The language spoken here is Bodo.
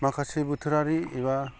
माखासे बोथोरारि एबा